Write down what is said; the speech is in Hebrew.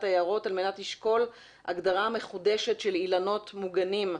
היערות על מנת לשקול הגדרה מחודשת של אילנות מוגנים,